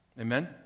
amen